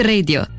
Radio